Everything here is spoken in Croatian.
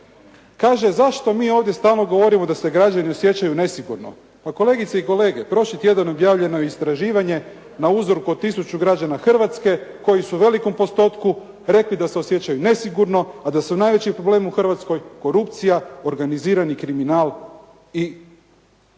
Kaže: «Zašto mi ovdje stalno govorimo da se građani osjećaju nesigurno?» Pa kolegice i kolege, prošli tjedan objavljeno je istraživanje na uzorku od tisuću građana Hrvatske koji su u velikom postotku rekli da se osjećaju nesigurno, a da su najveći problem u Hrvatskoj korupcija, organizirani kriminal i